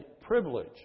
privilege